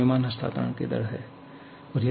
द्रव्यमान स्थानांतरण की दर है